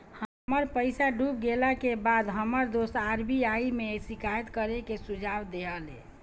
हमर पईसा डूब गेला के बाद हमर दोस्त आर.बी.आई में शिकायत करे के सुझाव देहले